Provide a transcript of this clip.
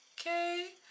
Okay